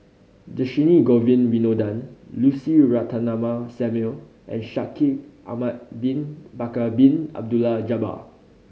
Dhershini Govin Winodan Lucy Ratnammah Samuel and Shaikh Ahmad Bin Bakar Bin Abdullah Jabbar